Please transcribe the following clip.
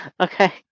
Okay